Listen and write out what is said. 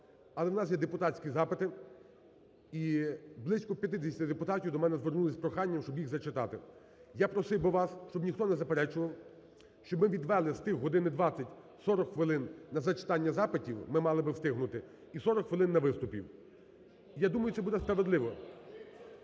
але в нас є депутатські запити і близько 50 депутатів до мене звернулися з проханням, щоб їх зачитати. Я просив би вас, щоб ніхто не заперечував, щоб ми відвели з тих години двадцять 40 хвилин на зачитання запитів, ми мали б встигнути, і 40 хвилин на виступи, я думаю, це буде справедливо.